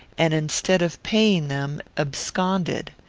and, instead of paying them, absconded.